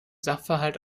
sachverhalt